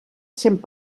cent